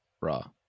raw